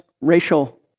racial